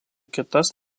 kitas